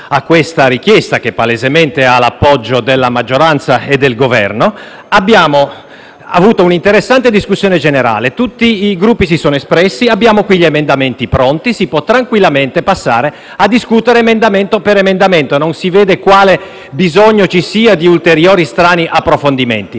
questa richiesta, che palesemente ha l'appoggio della maggioranza e del Governo. Abbiamo avuto un'interessante discussione generale, tutti i Gruppi si sono espressi, abbiamo gli emendamenti pronti e si può tranquillamente passare a discutere emendamento per emendamento, non si vede quale bisogno ci sia di ulteriori strani approfondimenti.